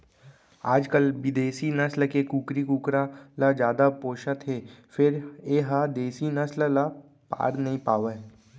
आजकाल बिदेसी नसल के कुकरी कुकरा ल जादा पोसत हें फेर ए ह देसी नसल ल पार नइ पावय